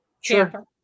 Sure